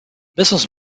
business